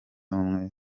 ubumwe